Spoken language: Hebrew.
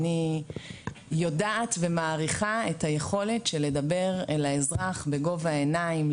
אני יודעת ומעריכה את היכולת לדבר אל האזרח בגובה העיניים,